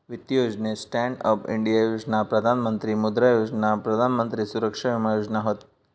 वित्तीय योजनेत stand up India योजना, प्रधान मंत्री मुद्रा योजना, प्रधान मंत्री सुरक्षा विमा योजना हत